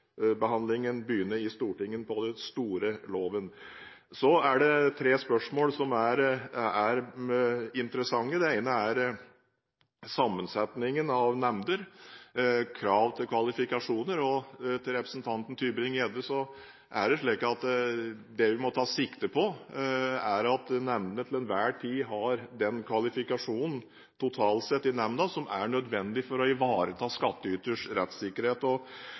store loven begynner i Stortinget. Det er tre spørsmål som er interessante. Det ene gjelder sammensetningen av nemnder og krav til kvalifikasjoner, og til representanten Tybring-Gjedde vil jeg si at det vi må ta sikte på, er at nemndene til enhver tid har den kvalifikasjonen totalt sett i nemnda som er nødvendig for å ivareta skattyters rettssikkerhet.